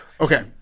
Okay